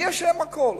אני אשם בכול.